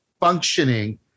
functioning